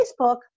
Facebook